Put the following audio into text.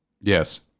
Yes